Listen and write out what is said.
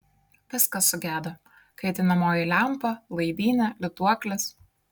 viskas sugedo kaitinamoji lempa laidynė lituoklis